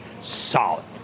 Solid